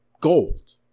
gold